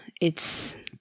it's-